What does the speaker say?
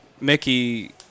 Mickey